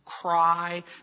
cry